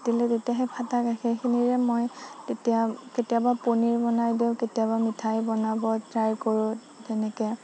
ফাটিলে তেতিয়া সেই ফাটা গাখীৰখিনিৰে মই তেতিয়া কেতিয়াবা পনীৰ বনাই দিওঁ কেতিয়াবা মিঠাই বনাব ট্ৰাই কৰো তেনেকে